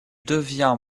devient